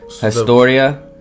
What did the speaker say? Historia